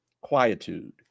quietude